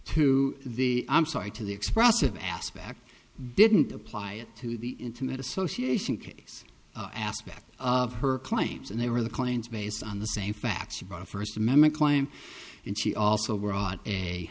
to the i'm sorry to the expressive aspect didn't apply it to the intimate association case aspect of her claims and they were the claims based on the same facts about a first amendment claim and she also brought a